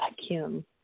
vacuum